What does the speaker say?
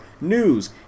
news